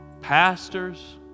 pastors